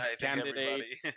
candidate